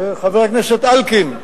חבר הכנסת אלקין.